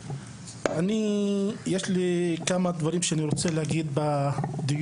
אני יש לי כמה דברים שאני רוצה להגיד בדיון,